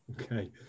okay